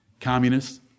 communists